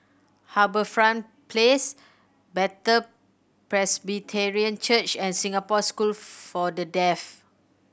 HarbourFront Place Bethel Presbyterian Church and Singapore School for The Deaf